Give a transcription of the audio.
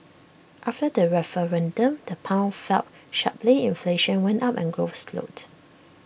after the referendum the pound fell sharply inflation went up and growth slowed